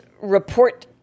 report